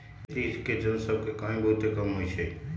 खेती के जन सभ के कमाइ बहुते कम होइ छइ